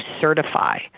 certify